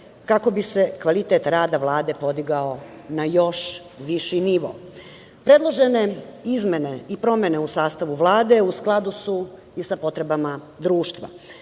kako bi se kvalitet rada Vlade podigao na još viši nivo. Predložene izmene i promene u sastavu Vlade u skladu su i sa potrebama društva.